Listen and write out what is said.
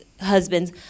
husbands